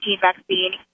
vaccine